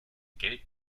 geld